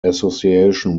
association